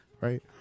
right